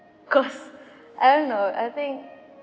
cause I don't know I think